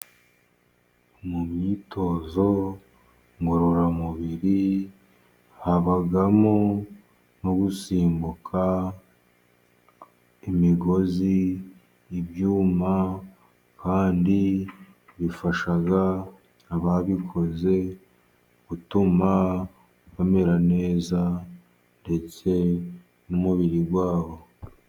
Mu myitozo ngororamubiri habamo no gusimbuka imigozi, ibyuma kandi bifasha ababikoze gutuma bamera neza ndetse n'umubiri wabo.